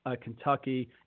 Kentucky